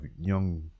young